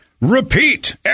repeat